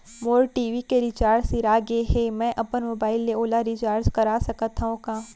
मोर TV के recharge सिरा गे हे, मैं अपन मोबाइल ले ओला रिचार्ज करा सकथव का?